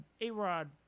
A-Rod